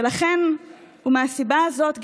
ולכן ומהסיבה הזאת,